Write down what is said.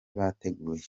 bateguye